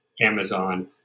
Amazon